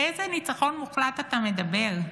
על איזה ניצחון מוחלט אתה מדבר?